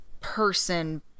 person